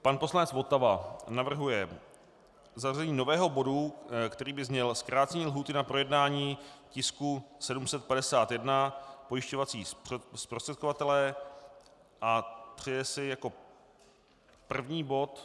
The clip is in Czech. Pan poslanec Votava navrhuje zařazení nového bodu, který by zněl: zkrácení lhůty na projednání tisku 751, pojišťovací zprostředkovatelé, a přeje si jako první bod.